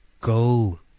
go